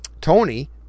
Tony